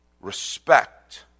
Respect